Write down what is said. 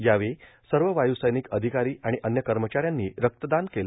यावेळी सर्व वायू सैनिक अधिकारी आणि अव्य कर्मचाऱ्यांनी रक्तदान केलं